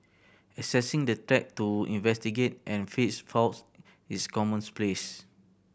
accessing the track to investigate and fix faults is commons place